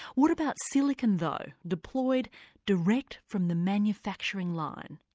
what about silicone though, deployed direct from the manufacturing line?